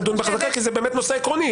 נדון בחזקה כי זה באמת נושא עקרוני.